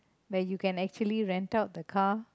where you can actually rent out the car